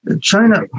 China